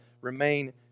remain